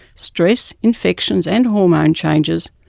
stress, infections and hormone changes,